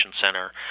center